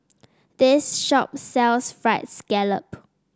this shop sells fried scallop